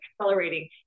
accelerating